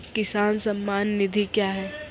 किसान सम्मान निधि क्या हैं?